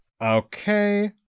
Okay